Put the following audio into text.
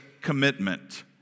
commitment